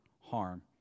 harm